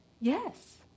yes